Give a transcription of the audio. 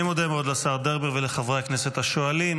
אני מודה מאוד לשר דרמר ולחברי הכנסת השואלים.